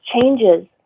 changes